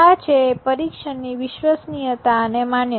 આ છે પરિક્ષણની વિશ્વસનીયતા અને માન્યતા